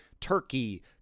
Turkey